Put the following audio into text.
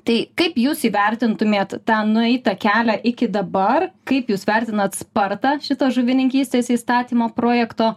tai kaip jūs įvertintumėt tą nueitą kelią iki dabar kaip jūs vertinat spartą šito žuvininkystės įstatymo projekto